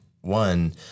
one